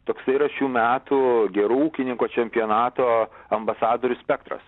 toksai yra šių metų gerų ūkininko čempionato ambasadorių spektras